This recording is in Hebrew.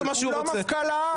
הוא לא מפכ"ל על.